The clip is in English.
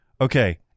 okay